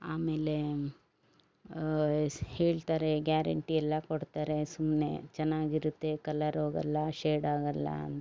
ಆಮೇಲೆ ಹೇಳ್ತಾರೆ ಗ್ಯಾರಂಟಿ ಎಲ್ಲ ಕೊಡ್ತಾರೆ ಸುಮ್ಮನೆ ಚೆನ್ನಾಗಿರುತ್ತೆ ಕಲರ್ ಹೋಗಲ್ಲ ಶೇಡ್ ಆಗೋಲ್ಲ ಅಂತ